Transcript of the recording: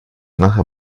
nachher